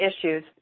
issues